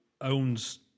owns